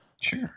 Sure